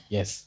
Yes